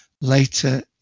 later